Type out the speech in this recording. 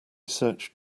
search